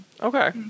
okay